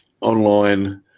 online